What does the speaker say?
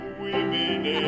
women